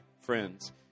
friends